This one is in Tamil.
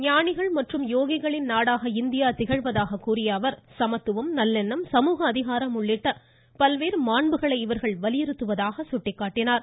ஞானிகள் மற்றும் யோகிகளின் நாடாக இந்தியா திகழ்வதாக கூறியஅவர் சமத்துவம் நல்லெண்ணம் சமூக அதிகாரம் உள்ளிட்ட பல்வேறு மாண்புகளை இவர்கள் வலியுறுத்துவதாக சுட்டிக்காட்டினார்